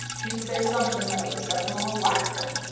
he'd say something that would set them all laughing,